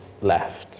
left